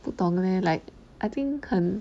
不懂 leh like I think 很